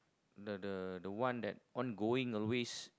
the the the one that ongoing a ways